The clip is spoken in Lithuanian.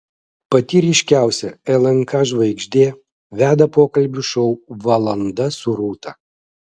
pati ryškiausia lnk žvaigždė veda pokalbių šou valanda su rūta